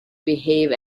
behave